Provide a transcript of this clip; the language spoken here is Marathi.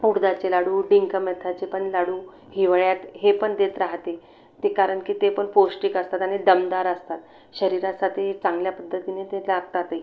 उदडाचे लाडू डिंक मेथ्याचे पण लाडू हिवाळ्यात हे पण देत राहते ते कारण की ते पण पौष्टिक असतात आणि दमदार असतात शरीरासाठी चांगल्या पद्धतीने ते जागतातही